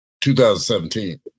2017